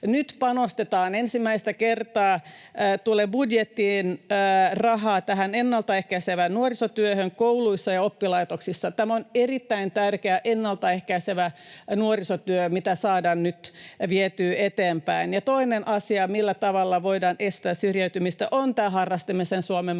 ensimmäistä kertaa tulee budjettiin rahaa tähän ennaltaehkäisevään nuorisotyöhön kouluissa ja oppilaitoksissa. Ennaltaehkäisevä nuorisotyö on erittäin tärkeää, ja sitä saadaan nyt vietyä eteenpäin. Toinen asia, millä tavalla voidaan estää syrjäytymistä, on tämä harrastamisen Suomen malli,